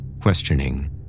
questioning